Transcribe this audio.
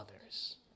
others